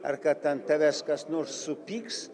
ar kad ant tavęs kas nors supyks